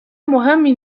مهمی